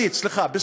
בספרדית, סליחה.